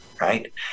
Right